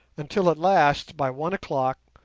until at last, by one o'clock,